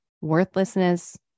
worthlessness